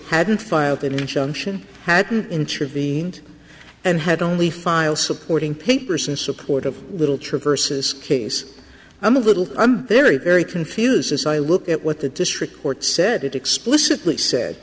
hadn't filed an injunction hadn't intervened and had only file supporting papers in support of little traverses case i'm a little i'm very very confused as i look at what the district court said it explicitly said